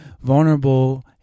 vulnerable